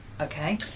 Okay